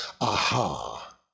Aha